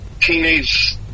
teenage